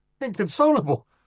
Inconsolable